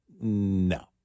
No